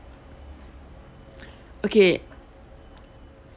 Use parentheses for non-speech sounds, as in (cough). (noise) okay